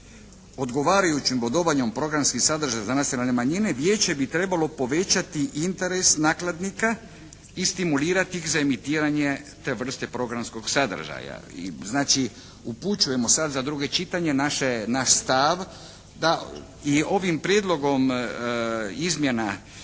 odgovarajućim bodovanjem programskih sadržaja za nacionalne manjine Vijeće bi trebalo povećati interes nakladnika i stimulirati ih za emitiranje te vrste programskog sadržaja. Znači upućujemo sad za drugo čitanje naše, naš stav da i ovim prijedlogom izmjena zakona